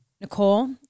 Nicole